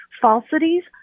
Falsities